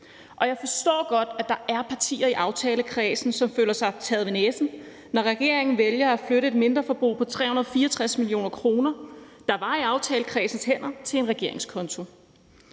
Jeg forstår godt, at der er partier i aftalekredsen, som føler sig taget ved næsen, når regeringen vælger at flytte et mindreforbrug på 364 mio. kr., der var i aftalekredsens hænder, til en regeringskonto.